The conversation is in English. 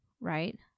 right